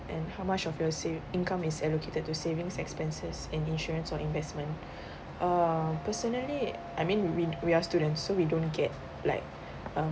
and how much of your saving income is allocated to savings expenses and insurance or investment uh personally I mean we we are students so we don't get like um